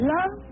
Love